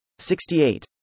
68